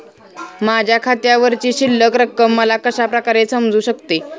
माझ्या खात्यावरची शिल्लक रक्कम मला कशा प्रकारे समजू शकते?